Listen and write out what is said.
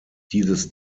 dieses